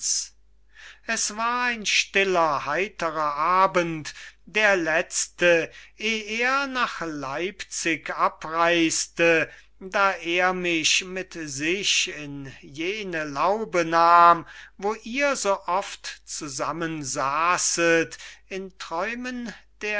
es war ein stiller heiterer abend der letzte eh er nach leipzig abreiste da er mich mit sich in jene laube nahm wo ihr so oft zusammensaßet in träumen